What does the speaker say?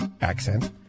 accent